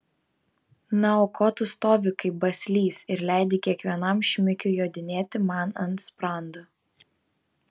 na o ko tu stovi kaip baslys ir leidi kiekvienam šmikiui jodinėti man ant sprando